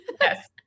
Yes